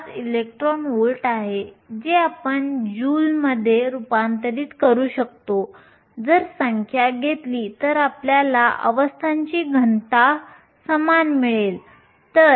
5 electron volt आहे जे आपण जूलमध्ये रूपांतरित करू शकतो जर संख्या घेतली तर आपल्याला अवस्थांची घनता समान मिळेल